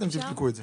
אתם תבדקו את זה.